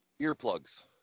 earplugs